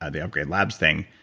ah the upgrade labs thing,